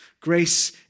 Grace